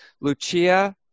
Lucia